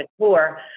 tour